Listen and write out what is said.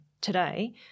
today